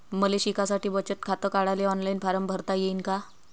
मले शिकासाठी बचत खात काढाले ऑनलाईन फारम भरता येईन का?